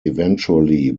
eventually